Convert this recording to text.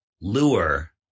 lure